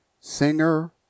singer